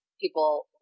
people